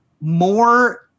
more